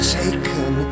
taken